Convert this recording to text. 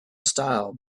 style